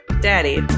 Daddy